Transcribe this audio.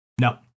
No